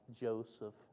Joseph